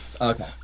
Okay